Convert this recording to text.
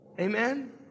Amen